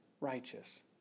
righteous